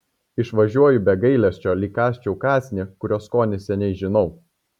išvažiuoju be gailesčio lyg kąsčiau kąsnį kurio skonį seniai žinau